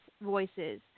voices